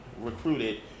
recruited